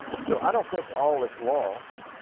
so i don't think all is lost